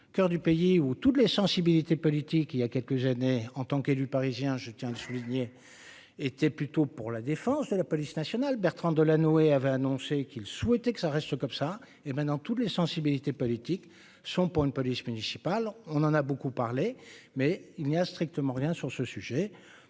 coeur du pays, où toutes les sensibilités politiques, il y a quelques années en tant qu'élu parisien, je tiens à le souligner, était plutôt pour la défense de la police nationale, Bertrand Delanoë avait annoncé qu'il souhaitait que ça reste comme ça, et maintenant toutes les sensibilités politiques sont pour une police municipale, on en a beaucoup parlé, mais il n'y a strictement rien sur ce sujet,